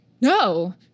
No